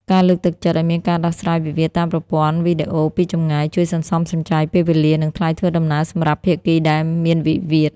ការលើកទឹកចិត្តឱ្យមានការដោះស្រាយវិវាទតាមប្រព័ន្ធវីដេអូពីចម្ងាយ ជួយសន្សំសំចៃពេលវេលា និងថ្លៃធ្វើដំណើរសម្រាប់ភាគីដែលមានវិវាទ។